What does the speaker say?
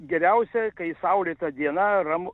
geriausia kai saulėta diena ramu